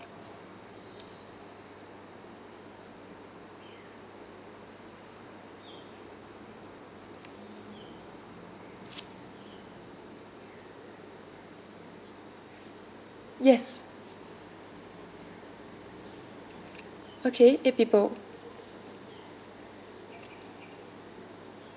yes okay eight people